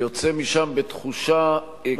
יוצא משם בתחושה קשה.